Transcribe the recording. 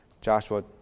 Joshua